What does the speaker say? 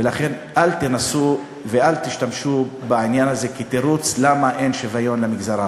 לכן אל תנסו ואל תשתמשו בעניין הזה כתירוץ למה אין שוויון למגזר הערבי.